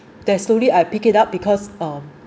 that is slowly I pick it up because um